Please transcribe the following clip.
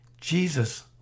Jesus